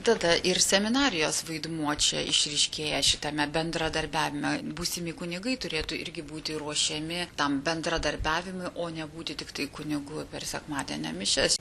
tada ir seminarijos vaidmuo čia išryškėja šitame bendradarbiavime būsimi kunigai turėtų irgi būti ruošiami tam bendradarbiavimui o nebūti tiktai kunigu per sekmadienio mišias